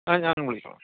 ആ ഞാൻ വിളിച്ചോളാം